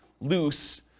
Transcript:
loose